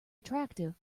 attractive